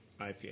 IPA